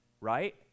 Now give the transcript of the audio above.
right